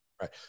right